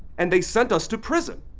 and they sent us to prison.